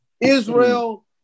Israel